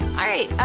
alright,